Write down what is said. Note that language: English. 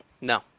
No